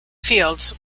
fields